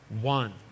one